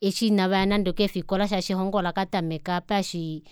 Eshi inavaya nande okeefikola shaashi elongo olakatameka apa eshi